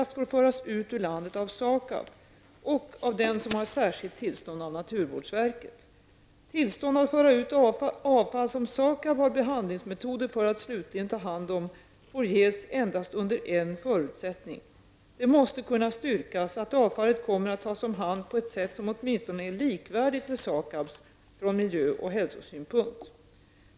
SAKAB har behandlingsmetoder för att slutligen ta hand om får ges endast under en förutsättning. Det måste kunna styrkas att avfallet kommer att tas om hand på ett sätt som åtminstone är likvärdigt med SAKABs från miljö och hälsosynpunkt.